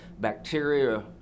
bacteria